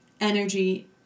energy